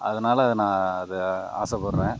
அதனால நான் அதை ஆசைப்பட்றேன்